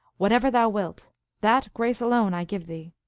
what ever thou wilt that grace alone i give thee.